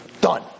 Done